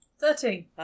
Thirteen